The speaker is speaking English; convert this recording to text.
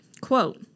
quote